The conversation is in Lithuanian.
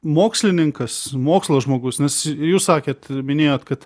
mokslininkas mokslo žmogus nes jūs sakėt minėjot kad